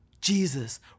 Jesus